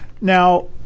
Now